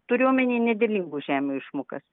turiu omeny nederlingų žemių išmokas